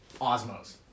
Osmos